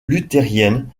luthérienne